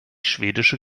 schwedische